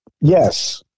Yes